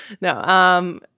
No